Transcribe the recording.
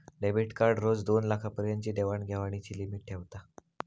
debit card रोज दोनलाखा पर्यंतची देवाण घेवाणीची लिमिट ठेवता